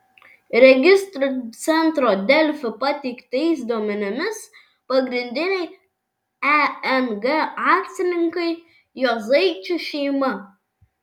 registrų centro delfi pateiktais duomenimis pagrindiniai eng akcininkai juozaičių šeima